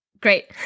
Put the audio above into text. Great